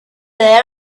her